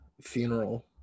funeral